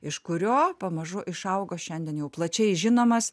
iš kurio pamažu išaugo šiandien jau plačiai žinomas